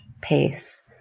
pace